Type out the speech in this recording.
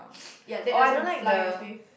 ya that doesn't fly with me